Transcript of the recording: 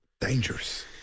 Dangerous